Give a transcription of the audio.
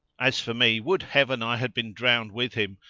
as for me would heaven i had been drowned with him,